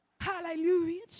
Hallelujah